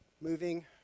moving